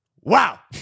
Wow